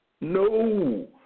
No